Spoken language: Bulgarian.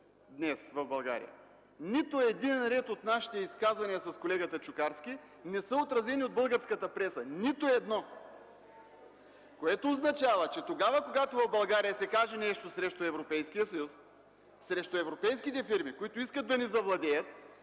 днес в България. Нито един ред от нашите изказвания с колегата Чукарски не са отразени от българската преса. Нито едно! Това означава, че когато в България се каже нещо срещу Европейския съюз, срещу европейските фирми, които искат да ни завладеят,